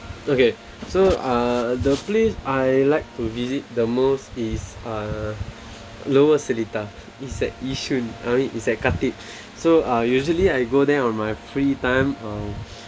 okay so uh the place I like to visit the most is uh lower seletar it's at yishun uh it's at khatib so uh usually I go there on my free time um